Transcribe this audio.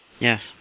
Yes